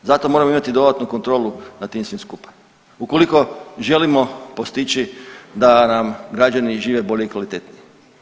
Zato moramo imati dodatnu kontrolu nad tim svim skupa ukoliko želimo postići da nam građani žive bolje i kvalitetnije.